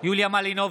יוליה מלינובסקי,